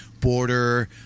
border